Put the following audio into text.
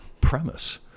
premise